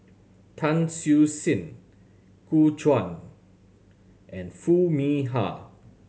Tan Siew Sin Gu Juan and Foo Mee Har